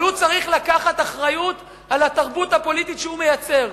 אבל הוא צריך לקחת אחריות על התרבות הפוליטית שהוא מייצר.